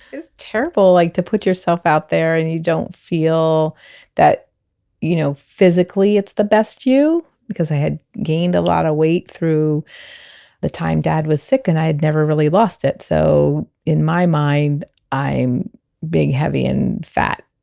terrible like to put yourself out there and you don't feel that you know physically it's the best you because i had gained a lot of weight through the time dad was sick and i had never really lost it so in my mind i'm big heavy and fat.